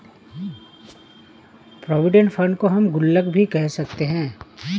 provident fund को हम गुल्लक भी कह सकते हैं